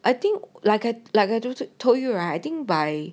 I think like I like I told to told you right I think by